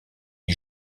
est